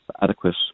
adequate